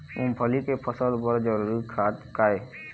मूंगफली के फसल बर जरूरी खाद का ये?